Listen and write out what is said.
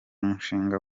mushinga